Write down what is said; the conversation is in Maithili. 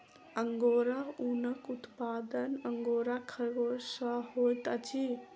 अंगोरा ऊनक उत्पादन अंगोरा खरगोश सॅ होइत अछि